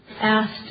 asked